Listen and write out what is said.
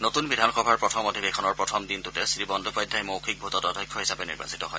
নতুন বিধানসভাৰ প্ৰথম অধিৱেশনৰ প্ৰথম দিনটোতে শ্ৰীবন্দোপাধ্যায় মৌখিক ভোটত অধ্যক্ষ হিচাপে নিৰ্বাচিত হয়